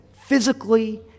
physically